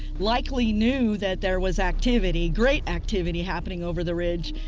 likely knew that there was activity, great activity happening over the ridge.